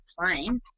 plane